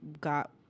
got